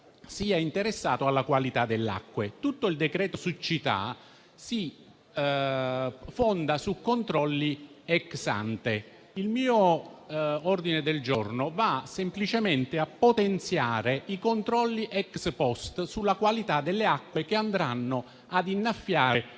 sia interessato alla qualità delle acque. Tutto il decreto siccità si fonda su controlli *ex ante*. L'ordine del giorno G7.3 va semplicemente a potenziare i controlli *ex post* sulla qualità delle acque che andranno ad innaffiare